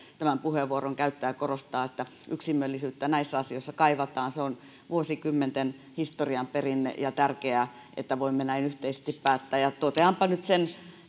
tämän puheenvuoron käyttää ja korostaa että yksimielisyyttä näissä asioissa kaivataan se on vuosikymmenten historian perinne ja tärkeää että voimme näin yhteisesti päättää toteanpa nyt sen